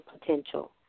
potential